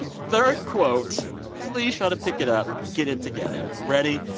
and third quote please try to pick it up. get it together. ready?